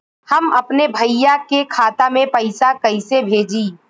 हम अपने भईया के खाता में पैसा कईसे भेजी?